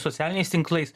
socialiniais tinklais